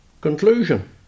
conclusion